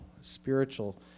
spiritual